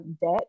debt